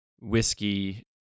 whiskey